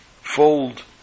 fold